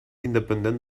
independent